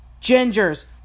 Ginger's